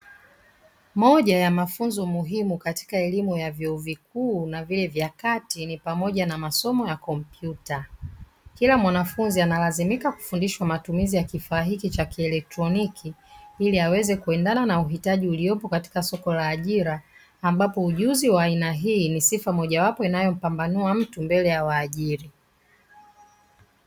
Moja ya mafunzo muhimu katika elimu ya vyuo vikuu na vile vya kati ni pamoja na masomo ya kompyuta kila mwanafunzi analazimika kufundishwa matumizi ya kifaa hiki cha kielektroniki ili aweze kuendana na uhitaji uliopo katika soko la ajira ambapo ujuzi wa aina hii ni sifa mojawapo inayompambanua mtu mbele ya waajiri.